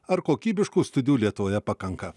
ar kokybiškų studijų lietuvoje pakanka